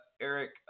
Eric